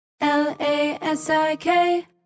L-A-S-I-K